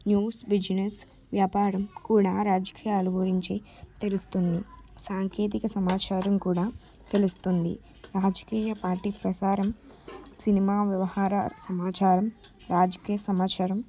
news business వ్యాపారం కూడా రాజకీయాలు గురించి తెలుస్తుంది సాంకేతిక సమాచారం కూడా తెలుస్తుంది రాజకీయ పార్టీ ప్రసారం సినిమా వ్యవహార సమాచారం రాజకీయ సమాచారం